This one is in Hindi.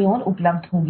ओर उपलब्ध होगी